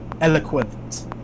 eloquent